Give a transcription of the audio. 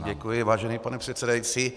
Děkuji, vážený pane předsedající.